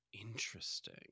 Interesting